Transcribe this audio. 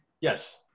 Yes